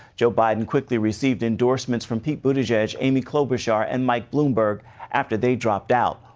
joe biden quickly received endorsements from pete buttigieg, amy klobuchar, and mike limburg after they dropped out.